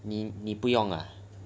你你不用 ah